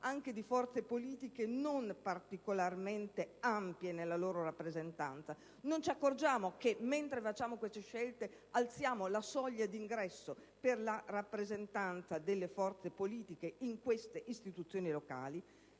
anche per le forze politiche non particolarmente ampie? Non ci accorgiamo che, mentre facciamo queste scelte, alziamo la soglia di ingresso per la rappresentanza delle forze politiche in queste istituzioni locali?